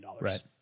Right